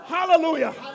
Hallelujah